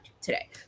today